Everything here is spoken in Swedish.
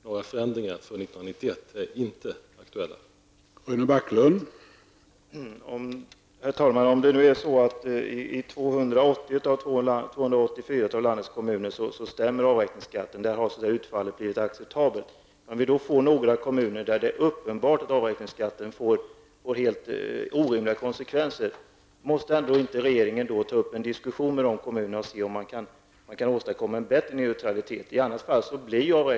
Några förändringar för 1991 är inte aktuella.